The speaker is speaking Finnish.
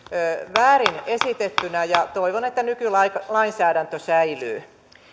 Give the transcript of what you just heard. väärin esitettynä ja toivon että nykylainsäädäntö säilyy